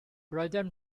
roedden